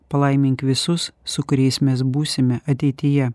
palaimink visus su kuriais mes būsime ateityje